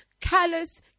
callous